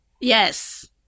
yes